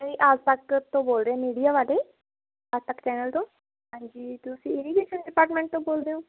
ਆਜ ਤੱਕ ਤੋ ਬੋਲਦੇ ਆ ਮੀਡੀਆ ਵਾਲੇ ਆਜ ਤੱਕ ਚੈਨਲ ਤੋਂ ਹਾਂਜੀ ਤੁਸੀਂ ਡਿਪਾਰਟਮੈਂਟ ਤੋਂ ਬੋਲਦੇ ਓ